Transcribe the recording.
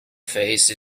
face